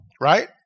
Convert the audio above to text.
right